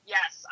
Yes